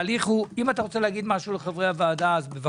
אם אתה רוצה להגיד משהו לחברי הוועדה אז, בבקשה,